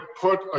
put